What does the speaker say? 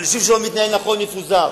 אבל יישוב שלא מתנהל נכון, המועצה תפוזר.